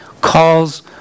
calls